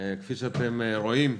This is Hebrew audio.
כפי שאתם רואים,